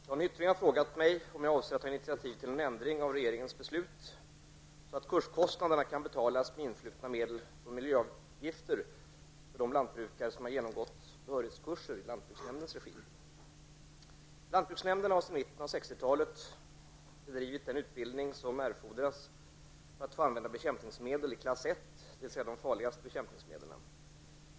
Herr talman! Jan Hyttring har frågat mig om jag avser att ta initiativ till en ändring av regeringens beslut, så att kurskostnaderna kan betalas med medel influtna från miljöavgifter för de lantbrukare som genomgått behörighetskurser i lantbruksnämndens regi. Lantbruksnämnderna har sedan mitten av 1960 talet bedrivit den utbildning som erfordras för att få använda bekämpningsmedel i klass 1, dvs. de farligaste bekämpningsmedlen.